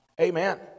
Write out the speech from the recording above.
Amen